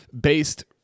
based